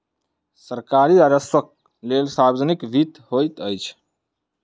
सरकारी राजस्वक लेल सार्वजनिक वित्त होइत अछि